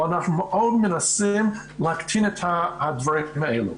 אבל אנחנו מאוד מנסים להקטין את הדברים האלה.